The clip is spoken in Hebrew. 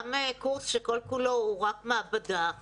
גם קורס שכל כולו הוא רק מעבדה,